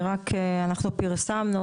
אנחנו פרסמנו,